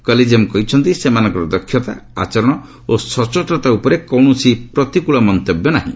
collegium କହିଛନ୍ତି ସେମାନଙ୍କର ଦକ୍ଷତା ଆଚରଣ ଓ ସଚ୍ଚୋଟତା ଉପରେ କୌଣସି ପ୍ରତିକୃଳ ମନ୍ତବ୍ୟ ମିଳିନାହିଁ